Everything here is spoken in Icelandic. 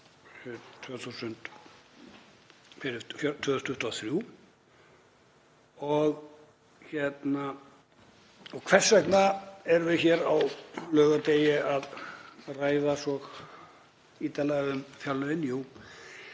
Og hvers vegna erum við hér á laugardegi að ræða svo ítarlega um fjárlögin?